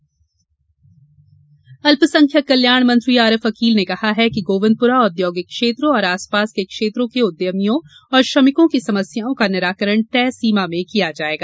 श्रमिक आरिफ अल्प संख्यक कल्याण मंत्री आरिफ अकील ने कहा है कि गोविंदपुरा औद्योगिक क्षेत्र और आसपास के क्षेत्रों के उद्यमियों और श्रमिकों की समस्याओं का निराकरण तय सीमा में किया जाएगा